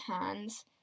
hands